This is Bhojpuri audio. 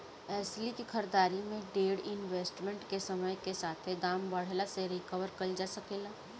एस्ली के खरीदारी में डेर इन्वेस्टमेंट के समय के साथे दाम बढ़ला से रिकवर कईल जा सके ला